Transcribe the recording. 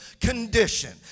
condition